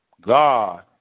God